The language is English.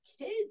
kids